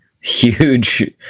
huge